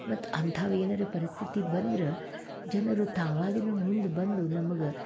ಮತ್ತು ಅಂಥವು ಏನಾರೆ ಪರಿಸ್ಥಿತಿ ಬಂದ್ರೆ ಜನರು ತಾವಾಗೇನೆ ಮುಂದೆ ಬಂದು ನಮ್ಗೆ